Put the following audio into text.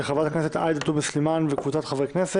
התשפ"א- 2020 (פ/ 2333/23) של חה"כ גדעון סער 3 .